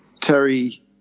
Terry